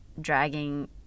dragging